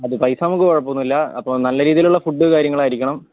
പൈസ നമുക്ക് കുഴപ്പമൊന്നുമില്ല അപ്പോൾ നല്ല രീതിയിലുള്ള ഫുഡ് കാര്യങ്ങളായിരിക്കണം